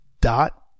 dot